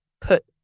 put